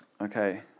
Okay